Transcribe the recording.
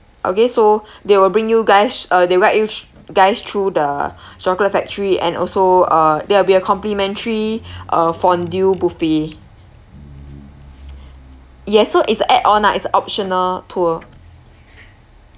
okay so they will bring you guys uh they'll guide you th~ guys through the chocolate factory and also uh there will be a complimentary uh fondue buffet yes so it's a add-on lah it's a optional tour